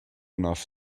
enough